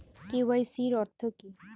KYC অর্থ কি?